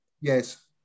Yes